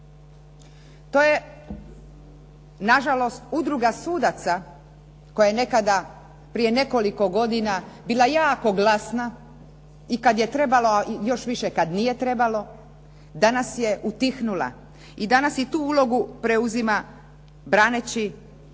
To je nažalost udruga sudaca koja je nekada prije nekoliko godina bila jako glasna i kad je trebalo, a još više kad nije trebalo danas je utihnula i danas i tu ulogu preuzima braneći